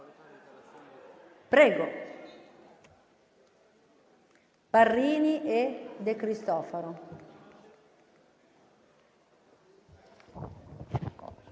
Prego,